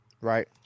Right